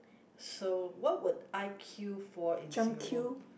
so what would I queue for in Singapore